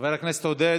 חבר הכנסת עודד.